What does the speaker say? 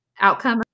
Outcome